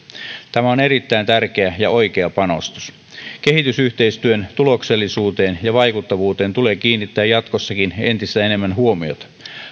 tämä on erittäin tärkeä ja oikea panostus kehitysyhteistyön tuloksellisuuteen ja vaikuttavuuteen tulee kiinnittää jatkossakin entistä enemmän huomiota